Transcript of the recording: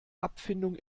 abfindung